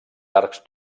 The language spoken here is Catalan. arcs